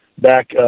back